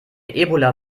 ebola